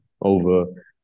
over